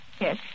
Yes